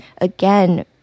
again